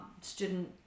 student